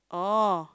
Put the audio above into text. oh